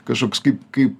kažkoks kaip kaip